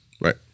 right